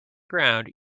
ground